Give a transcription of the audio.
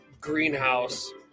greenhouse